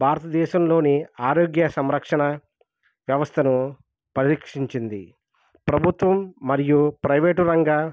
భారతదేశంలోని ఆరోగ్య సంరక్షణ వ్యవస్థను పరీక్షించింది ప్రభుత్వం మరియు ప్రైవేటు రంగ